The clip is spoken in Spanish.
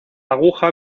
aguja